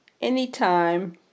anytime